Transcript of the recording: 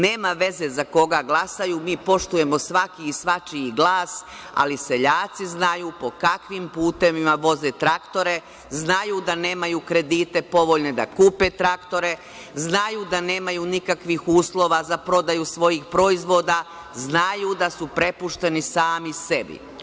Nema veze za koga glasaju, mi poštujemo svaki i svačiji glas, ali seljaci znaju po kakvim putevima voze traktore, znaju da nemaju kredite povoljne da kupe traktore, znaju da nemaju nikakvih uslova za prodaju svojih proizvoda, znaju da su prepušteni sami sebi.